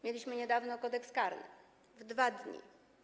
Mieliśmy niedawno Kodeks karny - w 2 dni.